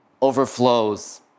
overflows